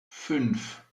fünf